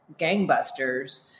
gangbusters